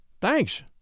Thanks